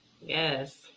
Yes